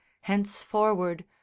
henceforward